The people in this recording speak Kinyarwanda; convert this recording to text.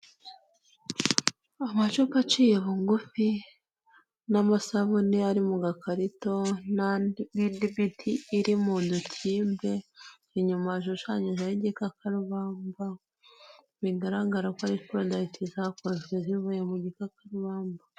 Amacupa aciye bugufi, n'amasabune ari mu gakarito, n'indi miti iri mu dukembe inyuma hashushanyijeho igikakarubamba, bigaragara ko ari products zakozwe zivuye mu gikakarubamba.